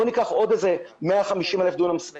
בואו ניקח עוד 150,000 דונם.